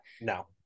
no